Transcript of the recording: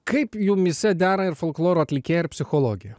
kaip jumyse dera ir folkloro atlikėja ir psichologė